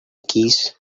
keys